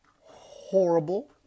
horrible